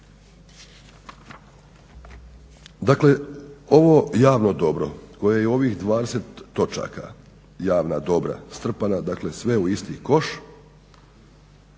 Dakle, ovo javno dobro koje je u ovih 20 točaka, javna dobra strpana dakle sve u isti koš